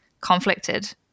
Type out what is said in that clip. conflicted